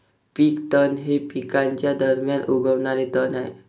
पीक तण हे पिकांच्या दरम्यान उगवणारे तण आहे